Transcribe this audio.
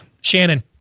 Shannon